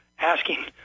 asking